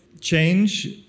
change